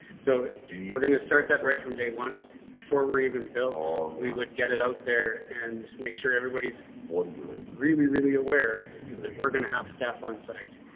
so we're going to start that right from day one before we even built. we would get it out there and make sure everybody's really, really aware that we're going to have staff on site.